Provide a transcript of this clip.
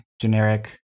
generic